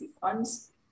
funds